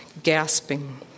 gasping